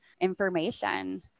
information